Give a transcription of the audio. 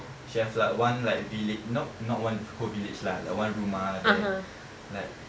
she have like one like village not not one whole villages lah like one rumah like that